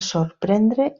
sorprendre